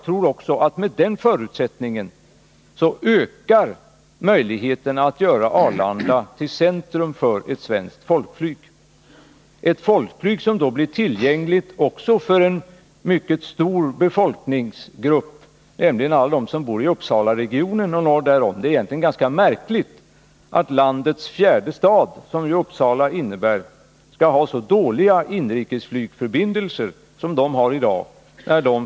Därmed ökar möjligheterna att göra Arlanda till ett centrum för svenskt folkflyg — ett folkflyg som då blir tillgängligt också för en mycket stor befolkningsgrupp, nämligen för alla dem som bor i Uppsalaregionen och norr därom. Det är egentligen ganska märkligt att landets fjärde stad, som ju Uppsala är, skall ha så dåliga inrikes flygförbindelser som man har i dag.